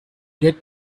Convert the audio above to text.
get